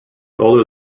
older